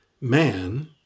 man